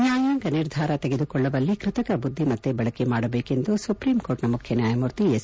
ನ್ಡಾಯಾಂಗ ನಿರ್ಧಾರ ತೆಗೆದುಕೊಳ್ಳುವಲ್ಲಿ ಕೃತಕ ಬುದ್ದಿಮತ್ತೆ ಬಳಕೆ ಮಾಡಬೇಕೆಂದು ಸುಪ್ರೀಂಕೋರ್ಟ್ನ ಮುಖ್ಯ ನ್ಯಾಯಮೂರ್ತಿ ಎಸ್